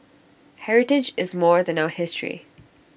heritage is more than our history